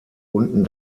unten